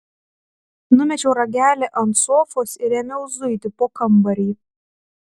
numečiau ragelį ant sofos ir ėmiau zuiti po kambarį